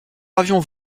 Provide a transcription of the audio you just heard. avions